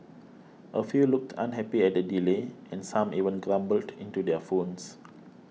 a few looked unhappy at the delay and some even grumbled into their phones